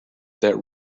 that